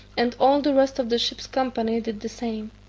and all the rest of the ship's company did the same.